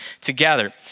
together